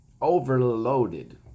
overloaded